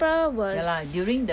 but april was